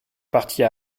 partie